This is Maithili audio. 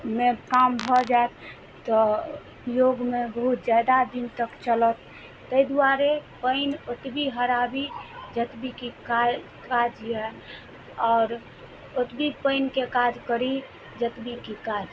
मे काम भऽ जायत तऽ योगमे बहुत जादा दिन तक चलत तै दुआरे पानि ओतबी हराबी जतबीके काज काज यऽ आओर ओतबी पानिके काज करी जतबीके काज